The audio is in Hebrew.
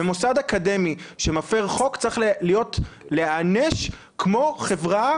ומוסד אקדמי שמפר חוק, צריך להיענש כמו חברה